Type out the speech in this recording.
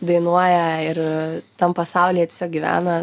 dainuoja ir tam pasaulyje gyvena